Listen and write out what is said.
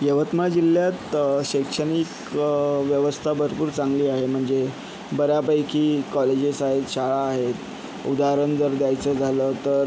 यवतमाळ जिल्ह्यात शैक्षणिक व्यवस्था भरपूर चांगली आहे म्हणजे बऱ्यापैकी कॉलेजेस आहेत शाळा आहेत उदाहरण जर द्यायचं झालं तर